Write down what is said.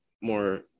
more